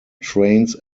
trains